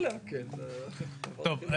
טוב.